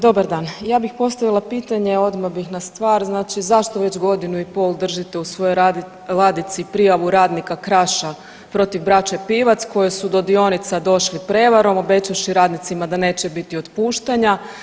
Dobar dan, ja bih postavila pitanje, odmah bi na stvar, znači zašto već godinu i pol držite u svojoj ladici prijavu radnika Kraša protiv braće Pivac koji su do dionica došli prevarom obećavši radnicima da neće biti otpuštanja?